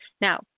Now